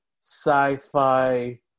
sci-fi